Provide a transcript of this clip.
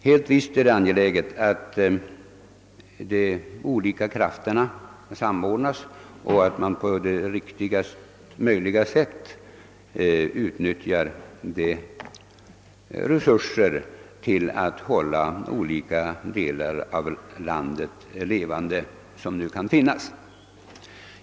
Helt visst är det angeläget att ansträngningarna i de olika trakterna samordnas och att man på riktigast möjliga sätt utnyttjar tillgängliga resurser för att hålla olika delar av landets bygder levande.